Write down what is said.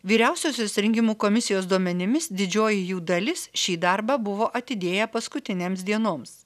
vyriausiosios rinkimų komisijos duomenimis didžioji jų dalis šį darbą buvo atidėję paskutinėms dienoms